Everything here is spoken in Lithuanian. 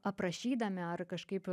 aprašydami ar kažkaip